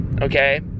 okay